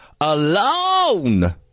alone